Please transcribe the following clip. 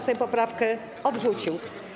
Sejm poprawkę odrzucił.